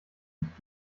nicht